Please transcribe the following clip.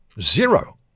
Zero